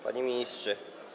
Panie Ministrze!